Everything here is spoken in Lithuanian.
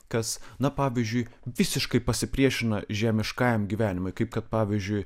kas na pavyzdžiui visiškai pasipriešina žemiškajam gyvenimui kaip kad pavyzdžiui